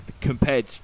compared